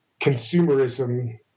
consumerism